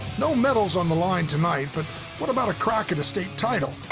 no medals on the line tonight but what about a crack at a state title?